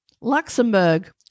Luxembourg